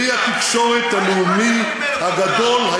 כלי התקשורת הלאומי הגדול,